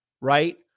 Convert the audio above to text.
right